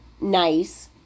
nice